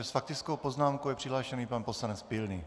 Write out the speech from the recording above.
S faktickou poznámkou je přihlášený pan poslanec Pilný.